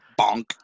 bonk